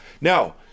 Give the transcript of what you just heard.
Now